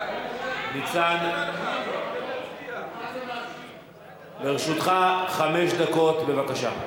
ניצן, לרשותך חמש דקות, בבקשה.